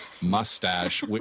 mustache